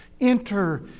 Enter